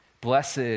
Blessed